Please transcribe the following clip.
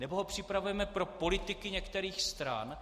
Nebo ho připravujeme pro politiky některých stran?